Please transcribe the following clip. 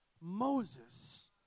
Moses